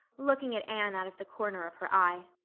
looking at anne out of the corner of her eye.